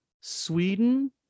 Sweden